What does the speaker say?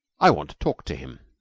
i want to talk to him.